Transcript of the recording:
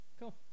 Cool